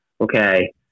okay